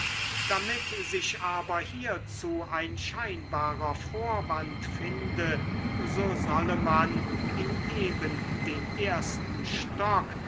damit sich aber hierzu ein scheinbarer vorwand finde so solle man in eben den ersten stock